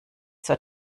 zur